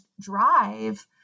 drive